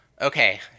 Okay